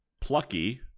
Plucky